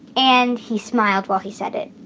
and he smiled while he said it.